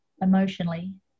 emotionally